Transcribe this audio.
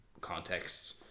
contexts